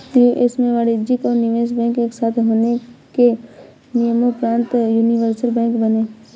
US में वाणिज्यिक और निवेश बैंक एक साथ होने के नियम़ोंपरान्त यूनिवर्सल बैंक बने